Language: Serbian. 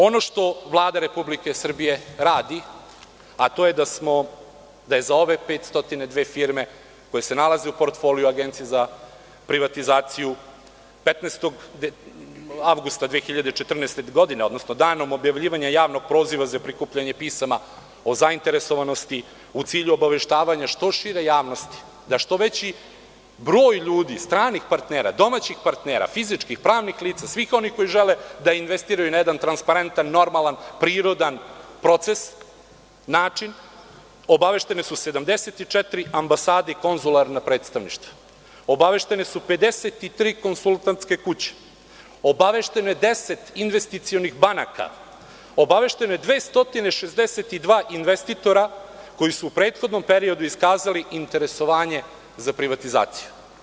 Ono što Vlada Republike Srbije radi, a to je da je za ove 502 firme koje se nalaze u portfoliu Agencije za privatizaciju, 15. avgusta 2014. godine, odnosno danom objavljivanja javnog poziva za prikupljanje pisama o zainteresovanosti, u cilju obaveštavanja što šire javnosti, da što veći broj ljudi, stranih partnera, domaćih partnera, fizičkih, pravnih lica, svih onih koji žele da investiraju na jedan transparentan, normalan, prirodan način, obaveštene su 74 ambasade i konzularna predstavništva, obaveštene su 53 konsultantske kuće, obavešteno je 10 investicionih banaka, obavešteno je 262 investitora koji su u prethodnom periodu iskazali interesovanje za privatizaciju.